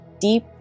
deep